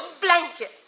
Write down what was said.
blanket